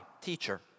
teacher